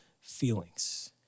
feelings